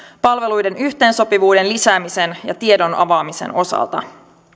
palveluiden yhteensopivuuden lisäämisen ja tiedon avaamisen osalta